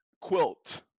Quilt